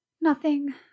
Nothing